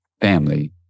family